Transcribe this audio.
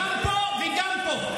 גם פה וגם פה.